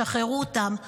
שחררו אותם.